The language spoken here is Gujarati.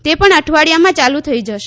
તે પણ આ અઠવાડિયામાં ચાલુ થઇ જશે